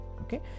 okay